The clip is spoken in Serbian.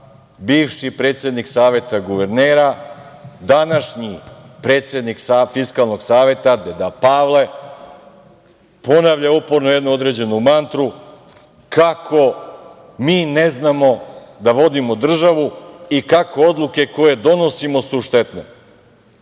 bivši predsednik Saveta guvernera, današnji predsednik Fiskalnog saveta, deda Pavle, ponavlja uporno jednu određenu mantru, kako mi ne znamo da vodimo državu i kako odluke koje donosimo su štetne. Vidite